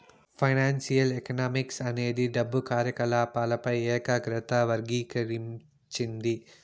financial economics అనేది డబ్బు కార్యకాలపాలపై ఏకాగ్రత వర్గీకరించింది